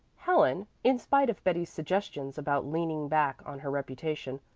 helen, in spite of betty's suggestions about leaning back on her reputation,